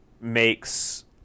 makes